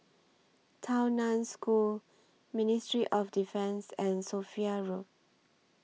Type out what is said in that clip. Tao NAN School Ministry of Defence and Sophia Road